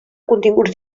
continguts